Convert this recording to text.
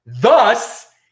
Thus